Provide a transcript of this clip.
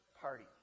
party